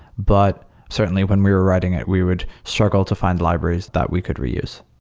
but certainly, when we were writing it, we would struggle to find libraries that we could reuse.